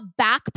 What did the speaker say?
backpack